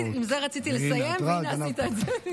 בדיוק, עם זה רציתי לסיים, והינה, עשית את זה.